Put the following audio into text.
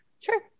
sure